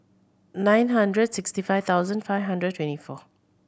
nine hundred sixty five thousand five hundred twenty four